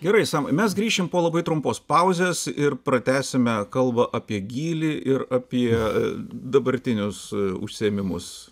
gerai samai mes grįšime po labai trumpos pauzės ir pratęsime kalbą apie gylį ir apie dabartinius užsiėmimus